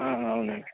అవునండి